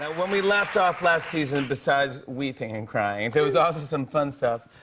and when we left off last season, besides weeping and crying, there was also some fun stuff.